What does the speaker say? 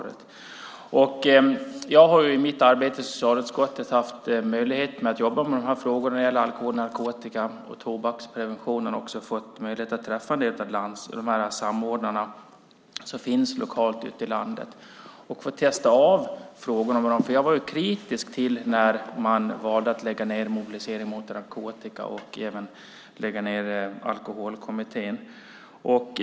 Jag har i mitt arbete i socialutskottet haft möjlighet att jobba med frågor som handlar om alkohol-, narkotika och tobaksprevention och då också fått möjlighet att träffa en del av de samordnare som finns lokalt ute i landet och ställa frågor till dem. Jag var kritisk när man valde att lägga ned Mobilisering mot narkotika och även Alkoholkommittén.